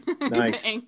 Nice